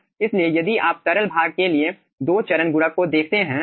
इसलिए यदि आप तरल भाग के लिए दो चरण गुणक को देखते हैं